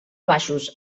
baixos